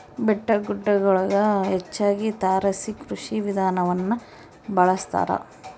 ಬೆಟ್ಟಗುಡ್ಡಗುಳಗ ಹೆಚ್ಚಾಗಿ ತಾರಸಿ ಕೃಷಿ ವಿಧಾನವನ್ನ ಬಳಸತಾರ